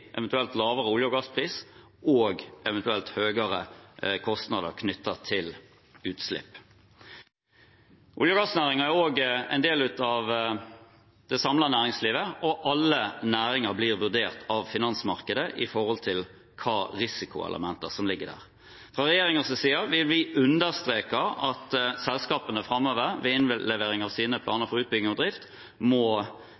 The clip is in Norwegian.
lavere olje- og gasspris og eventuelle høyere kostnader knyttet til utslipp. Olje- og gassnæringen er også en del av det samlede næringslivet, og alle næringer blir vurdert av finansmarkedet med tanke på hvilke risikoelementer som ligger der. Fra regjeringens side vil vi understreke at selskapene framover ved innlevering av sine